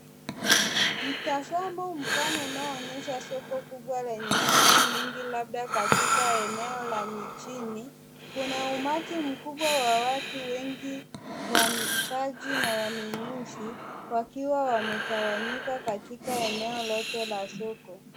Mtazamo mpana unaoonyesha soko kubwa lenye shughuli nyingi, labda katika eneo la mijini. Kuna umati mkubwa wa watu wengi, wauzaji na wanunuzi, wakiwa wametawanyika katika eneo lote la soko.